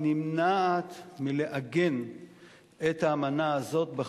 היא נמנעת מלעגן את האמנה הזו בחוק.